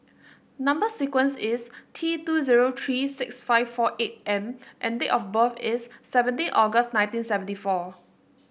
number sequence is T two zero three six five four eight M and date of birth is seventeen August nineteen seventy four